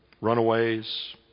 runaways